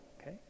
okay